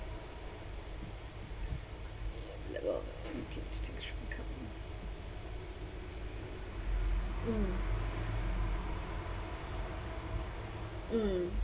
mm mm